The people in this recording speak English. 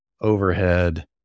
overhead